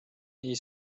nii